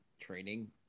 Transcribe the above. training